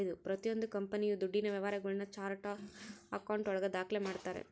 ಪ್ರತಿಯೊಂದು ಕಂಪನಿಯು ದುಡ್ಡಿನ ವ್ಯವಹಾರಗುಳ್ನ ಚಾರ್ಟ್ ಆಫ್ ಆಕೌಂಟ್ ಒಳಗ ದಾಖ್ಲೆ ಮಾಡ್ತಾರೆ